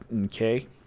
okay